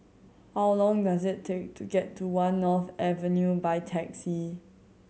how long does it take to get to One North Avenue by taxi